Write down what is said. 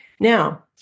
Now